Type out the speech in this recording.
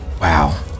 Wow